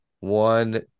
one